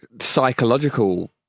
psychological